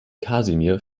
kasimir